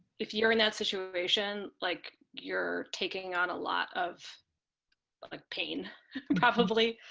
if you're in that situation like you're taking on a lot of but like pain probably